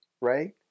Right